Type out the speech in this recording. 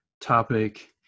topic